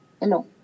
Hello